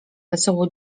wesoło